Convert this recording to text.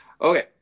Okay